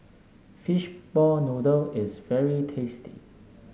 Fishball Noodle is very tasty